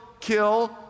kill